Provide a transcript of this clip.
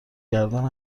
کردن